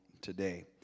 today